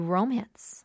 Romance